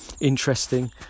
interesting